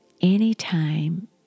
Anytime